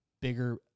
bigger